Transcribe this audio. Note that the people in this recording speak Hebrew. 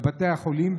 בבתי החולים,